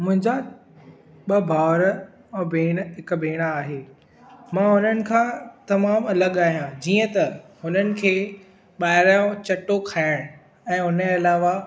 मुंहिंजा ॿ भाउर ऐं भेण हिकु भेण आहे मां उन्हनि खा तमामु अलॻि आहियां जीअं त उन्हनि खे ॿाहिरां यो चटो खाइणु ऐं उन्ही अलावा